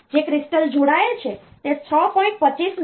તેથી જે ક્રિસ્ટલ જોડાયેલ છે તે 6